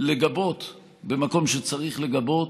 לגבות במקום שצריך לגבות.